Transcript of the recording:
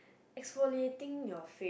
exfoliating your face